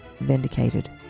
vindicated